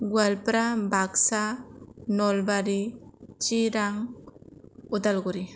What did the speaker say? Goalpara Baksa Nalbari Chirang Udalguri